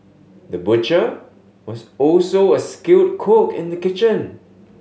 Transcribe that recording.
the butcher was also a skilled cook in the kitchen